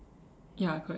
ya correct